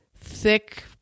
thick